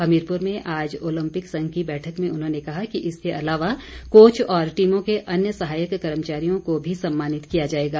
हमीरपुर में आज ओलम्पिक संघ की बैठक में उन्होंने कहा कि इसके अलावा कोच और टीमों के अन्य सहायक कर्मचारियों को भी सम्मानित किया जाएगा